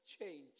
change